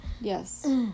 Yes